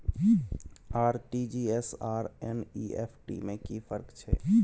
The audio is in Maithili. आर.टी.जी एस आर एन.ई.एफ.टी में कि फर्क छै?